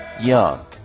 young